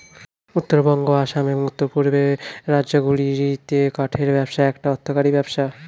উত্তরবঙ্গ, আসাম, এবং উওর পূর্বের রাজ্যগুলিতে কাঠের ব্যবসা একটা অর্থকরী ব্যবসা